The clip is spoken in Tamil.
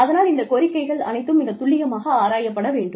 அதனால் இந்த கோரிக்கைகள் அனைத்தும் மிக துல்லியமாக ஆராயப்பட வேண்டும்